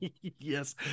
Yes